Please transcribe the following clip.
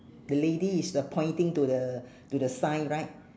the lady is uh pointing to the to the sign right